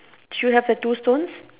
should have the two stones